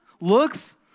Looks